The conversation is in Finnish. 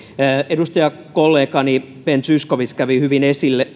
edustajakollegani ben zyskowicz kävi hyvin